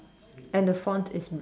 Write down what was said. and the font is blue